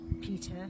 Peter